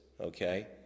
Okay